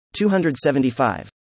275